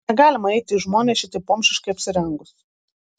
negalima eiti į žmones šitaip bomžiškai apsirengus